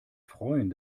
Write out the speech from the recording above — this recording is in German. freuen